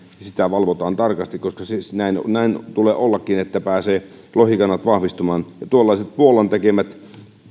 sitä valvotaan tarkasti näin näin tulee ollakin että pääsevät lohikannat vahvistumaan tuollaiset puolan tekemät